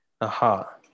aha